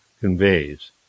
conveys